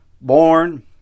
born